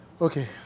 Okay